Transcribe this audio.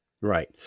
Right